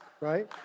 Right